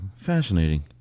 fascinating